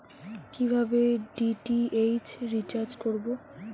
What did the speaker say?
কিভাবে DTH recharge করব?